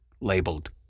labeled